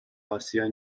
آسیا